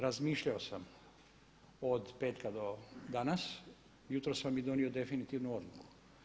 Razmišljao sam od petka do danas, jutros sam i donio definitivnu odluku.